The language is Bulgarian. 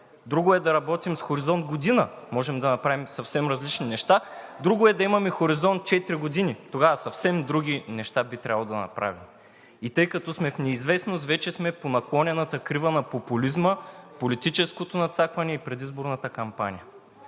друго е да работим с хоризонт година, можем да направим съвсем различни неща, друго е да имаме хоризонт четири години – тогава съвсем други неща би трябвало да направим. И тъй като сме в неизвестност, вече сме по наклонената крива на популизма, политическото надцакване и предизборната кампания.